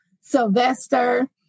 Sylvester